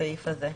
הסעיף הזה.